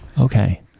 Okay